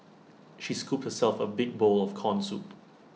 she scooped herself A big bowl of Corn Soup